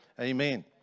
Amen